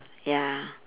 ya